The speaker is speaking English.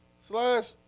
slash